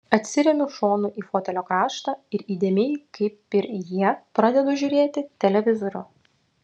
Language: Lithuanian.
atsiremiu šonu į fotelio kraštą ir įdėmiai kaip ir jie pradedu žiūrėti televizorių